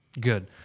Good